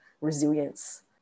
resilience